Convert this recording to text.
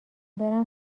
برم